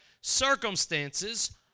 circumstances